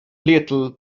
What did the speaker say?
little